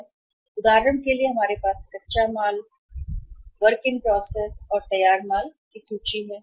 के लिए उदाहरण हमारे पास कच्चे माल डब्ल्यूआईपी और तैयार माल की सूची है